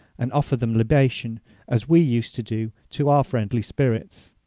and offer them libation as we used to do to our friendly spirits.